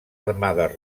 armades